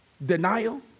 Denial